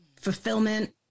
fulfillment